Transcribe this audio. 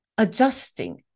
Adjusting